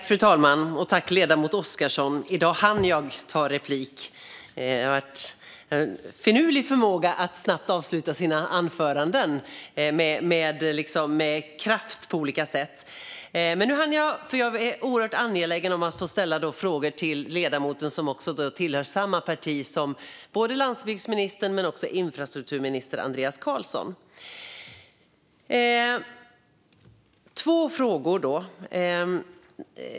Fru talman! I dag hann jag ta replik. Ledamoten har annars en finurlig förmåga att snabbt och med kraft avsluta sina anföranden - men nu hann jag. Jag är nämligen oerhört angelägen om att få ställa frågor till ledamoten, som ju tillhör samma parti som både landsbygdsministern och infrastrukturministern. Jag har två frågor.